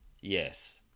yes